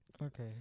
okay